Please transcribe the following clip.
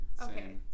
Okay